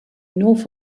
north